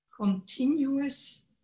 continuous